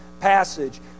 passage